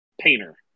painter